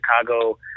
Chicago –